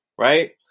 right